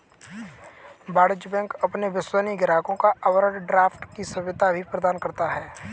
वाणिज्य बैंक अपने विश्वसनीय ग्राहकों को ओवरड्राफ्ट की सुविधा भी प्रदान करता है